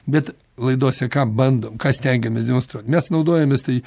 bet laidose ką bandom ką stengiamės demonstruot mes naudojamės tai